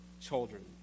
children